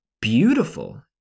beautiful